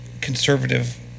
conservative